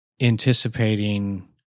anticipating